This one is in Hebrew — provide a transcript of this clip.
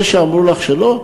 זה שאמרו לך שלא,